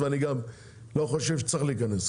אני גם לא חושב שצריך להיכנס לזה,